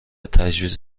تجویز